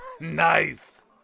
nice